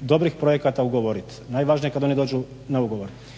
dobrih projekata ugovorit. Najvažnije je kad oni dođu na ugovor.